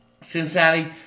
Cincinnati